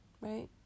right